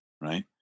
right